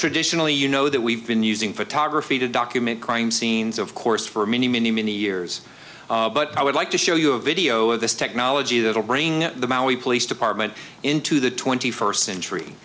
traditionally you know that we've been using photography to document crime scenes of course for many many many years but i would like to show you a video of this technology that will bring the maui police department into the twenty first century